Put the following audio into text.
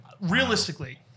realistically